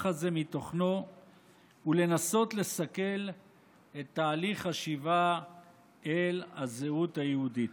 הזה מתוכנו ולנסות לסכל את תהליך השיבה אל הזהות היהודית.